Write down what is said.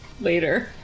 later